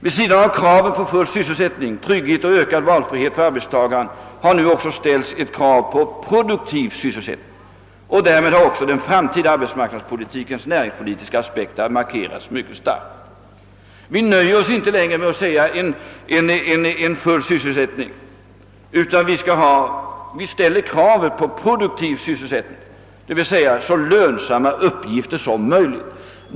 Vid sidan av kravet på full sysselsättning, trygghet och ökad valfrihet för arbetstagaren har också ställts ett krav på produktiv sysselsättning. Därmed har den framtida arbetsmarknadspolitikens näringspolitiska aspekt markerats mycket starkt. Vi nöjer oss inte längre med full sysselsättning, utan vi ställer kravet på produktiv sysselsättning, d.v.s. så lönsamma uppgifter som möjligt.